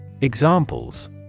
Examples